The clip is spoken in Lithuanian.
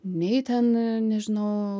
nei ten nežinau